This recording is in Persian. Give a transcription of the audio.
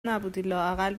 نبودی٬لااقل